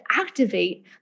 activate